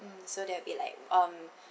mm so there'll be like um